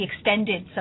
extended